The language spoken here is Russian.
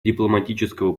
дипломатического